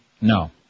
No